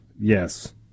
Yes